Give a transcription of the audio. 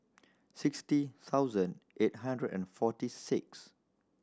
sixty thousand eight hundred and forty six